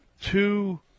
two –